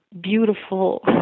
beautiful